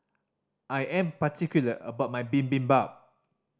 I am particular about my Bibimbap